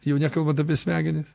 jau nekalbant apie smegenis